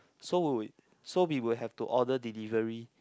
so when we so we will have to order delivery